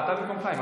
אתה במקום חיים.